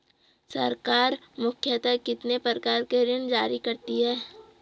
सरकार मुख्यतः कितने प्रकार के ऋण जारी करती हैं?